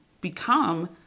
become